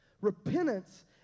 Repentance